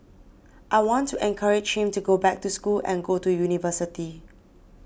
I want to encourage him to go back to school and go to university